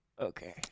Okay